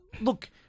Look